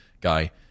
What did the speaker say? guy